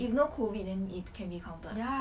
if no COVID then it can be counted